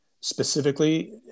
specifically